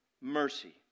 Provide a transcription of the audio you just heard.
mercy